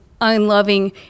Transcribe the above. unloving